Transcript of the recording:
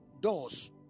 doors